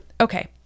Okay